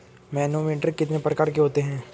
Manometer कितने प्रकार के होते हैं?